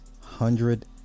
Hundred